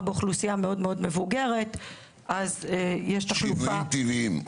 באוכלוסייה מאוד מאוד מבוגרת --- שינויים טבעיים.